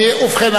ובכן,